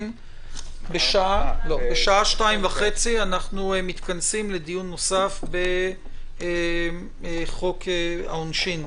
בשעה 14:30 אנחנו מתכנסים לדיון נוסף בחוק העונשין,